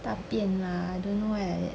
大便啦 I don't know what happen